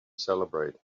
celebrate